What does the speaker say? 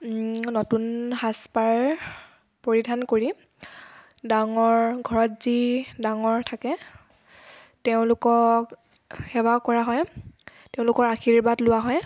নতুন সাজ পাৰ পৰিধান কৰি ডাঙৰ ঘৰত যি ডাঙৰ থাকে তেওঁলোকক সেৱা কৰা হয় তেওঁলোকৰ আশীৰ্বাদ লোৱা হয়